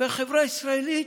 והחברה הישראלית?